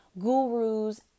gurus